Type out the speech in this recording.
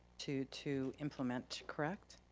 to to implement, correct?